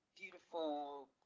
beautiful